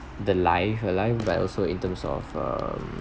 the life the life but also in terms of um